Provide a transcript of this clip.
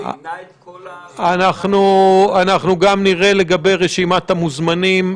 זה ימנע את כל --- אנחנו גם נראה לגבי רשימת המוזמנים.